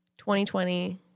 2020